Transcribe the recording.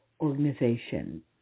organization